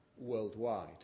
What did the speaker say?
worldwide